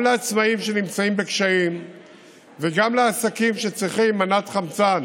גם לעצמאים שנמצאים בקשיים וגם לעסקים שצריכים מנת חמצן